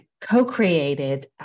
co-created